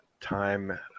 time